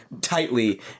tightly